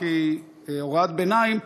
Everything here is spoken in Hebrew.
כהוראת ביניים,